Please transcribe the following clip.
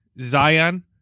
zion